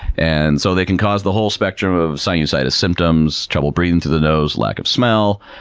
and so, they can cause the whole spectrum of sinusitis symptoms, trouble breathing through the nose, lack of smell,